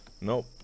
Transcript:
Nope